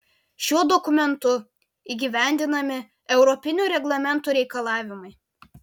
šiuo dokumentu įgyvendinami europinių reglamentų reikalavimai